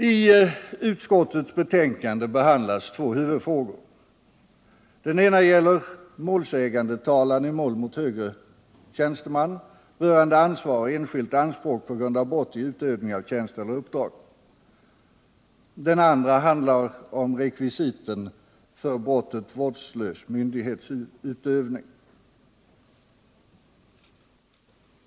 I utskottsbetänkandet behandlas två huvudfrågor. Den ena gäller målsägandetalan i mål mot högre tjänsteman rörande ansvar och enskilt anspråk på grund av brott i utövning av tjänst eller uppdrag. Den andra handlar om rekvisiten för brottet vårdslös myndighetsutövning.